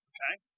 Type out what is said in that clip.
Okay